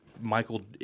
Michael